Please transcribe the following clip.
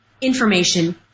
information